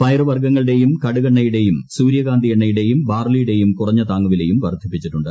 പയറുവർഗ്ഗങ്ങളുടേയും കടുകെണ്ണയുടേയും സൂര്യകാന്തി എണ്ണയുടേയും ബാർലിയുടേയും കുറഞ്ഞ താങ്ങുവിലയും വർദ്ധിപ്പിച്ചിട്ടുണ്ട്